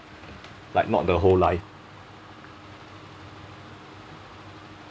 like not the whole life